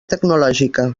tecnològica